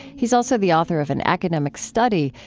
he's also the author of an academic study,